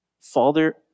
father